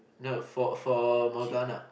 no for for Morgana